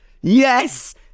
Yes